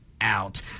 out